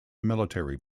military